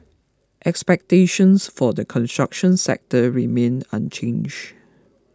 expectations for the construction sector remain unchange